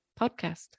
podcast